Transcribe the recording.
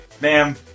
ma'am